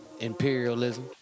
imperialism